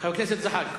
חבר הכנסת זחאלקה?